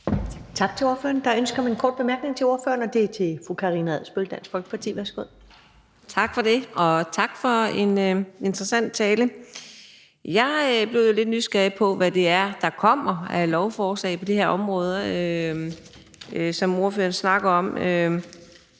Tak til ordføreren. Der er ønske om en kort bemærkning til ordføreren, og det er fra fru Karina Adsbøl, Dansk Folkeparti. Værsgo. Kl. 19:12 Karina Adsbøl (DF): Tak for det. Og tak for en interessant tale. Jeg blev jo lidt nysgerrig på, hvad det er for nogle yderligere lovforslag, som ordføreren snakker om